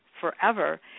forever